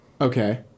Okay